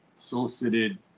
Solicited